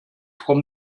from